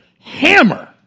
hammer